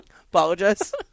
Apologize